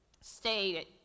stated